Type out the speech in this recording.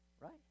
Right